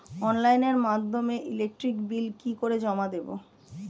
অনলাইনের মাধ্যমে electric bill কি করে জমা দেবো?